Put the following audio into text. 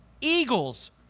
Eagles